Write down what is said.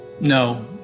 No